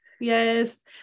Yes